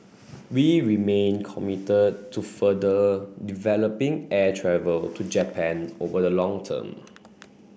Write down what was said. we remain committed to further developing air travel to Japan over the long term